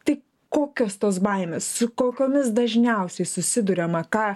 tai kokios tos baimės su kokiomis dažniausiai susiduriama ką